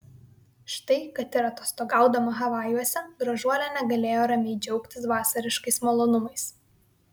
štai kad ir atostogaudama havajuose gražuolė negalėjo ramiai džiaugtis vasariškais malonumais